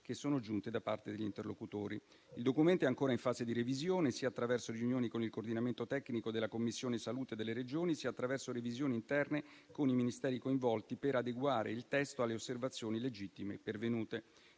che sono giunte da parte degli interlocutori. Il documento è ancora in fase di revisione, sia attraverso riunioni con il coordinamento tecnico della Commissione salute delle Regioni, sia attraverso revisioni interne con i Ministeri coinvolti, per adeguare il testo alle osservazioni legittime pervenute.